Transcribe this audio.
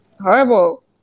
Horrible